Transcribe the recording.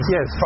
Yes